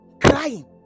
crying